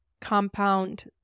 compound